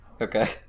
Okay